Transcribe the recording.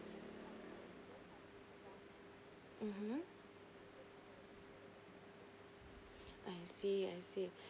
mmhmm I see I see